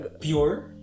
pure